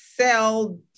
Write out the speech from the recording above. Sell